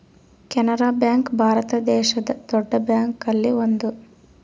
Canara bank ಭಾರತ ದೇಶದ್ ದೊಡ್ಡ ಬ್ಯಾಂಕ್ ಅಲ್ಲಿ ಒಂದು